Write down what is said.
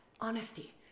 honesty